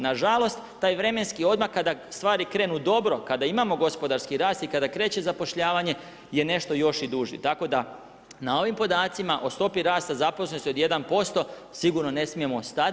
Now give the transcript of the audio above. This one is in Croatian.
Na žalost taj vremenski odmak kada stvari krenu dobro, kada imamo gospodarski rast i kada kreće zapošljavanje je nešto još i duži, tako da na ovim podacima o stopi rasta zaposlenosti od 1% sigurno ne smijemo stati.